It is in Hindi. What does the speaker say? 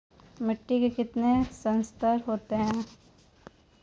मिट्टी के कितने संस्तर होते हैं?